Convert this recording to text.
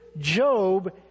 Job